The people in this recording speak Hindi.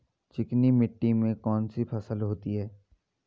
चिकनी मिट्टी में कौन कौन सी फसलें होती हैं?